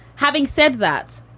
having said that,